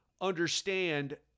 understand